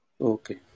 okay